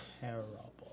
terrible